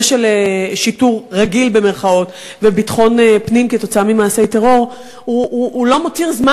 של שיטור "רגיל" וביטחון פנים עקב מעשי טרור לא מותיר זמן,